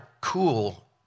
cool